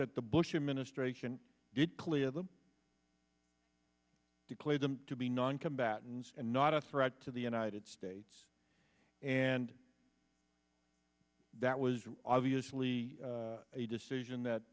that the bush administration did clia them declared them to be noncombatants and not a threat to the united states and that was obviously a decision that